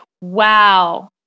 wow